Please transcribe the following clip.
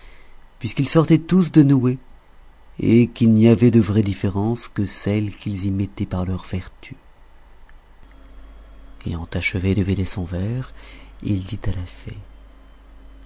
puisqu'ils sortaient tous de noé et qu'il n'y avait de vraie différence que celle qu'ils y mettaient par leurs vertus ayant achevé de vider son verre il dit à la fée